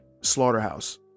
Slaughterhouse